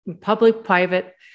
public-private